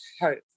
hope